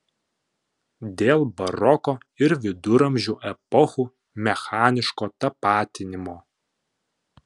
dėl baroko ir viduramžių epochų mechaniško tapatinimo